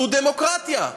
זו דמוקרטיה.